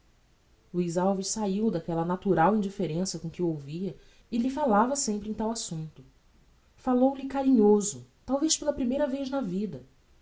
luiz alves saiu daquella natural indifferença com que o ouvia e lhe falava sempre em tal assumpto falou-lhe carinhoso talvez pela primeira vez na vida